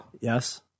Yes